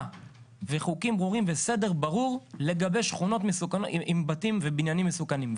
וחוקים ברורים וסדר ברור לגבי שכונות עם בתים ובניינים מסוכנים.